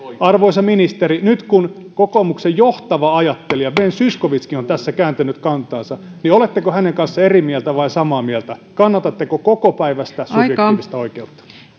arvoisa ministeri nyt kun kokoomuksen johtava ajattelija ben zyskowiczkin on tässä kääntänyt kantaansa niin oletteko hänen kanssaan eri mieltä vai samaa mieltä kannatatteko kokopäiväistä subjektiivista oikeutta